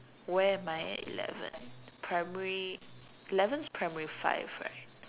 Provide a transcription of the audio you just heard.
where am I at eleven primary eleven is primary five right